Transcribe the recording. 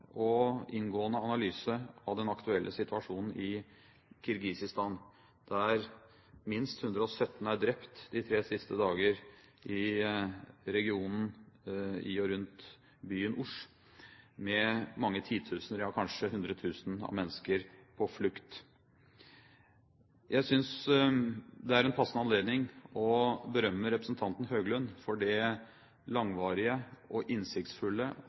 og inngående analyse av den aktuelle situasjonen i Kirgisistan, der minst 117 er drept de tre siste dager i regionen, i og rundt byen Osj, med mange titusener, ja kanskje hundre tusen, mennesker på flukt. Jeg synes dette er en passende anledning til å berømme representanten Høglund for det langvarige, innsiktsfulle og